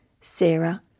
Sarah